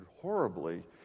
horribly